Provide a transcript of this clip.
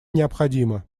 необходима